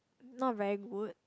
not very good